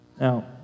Now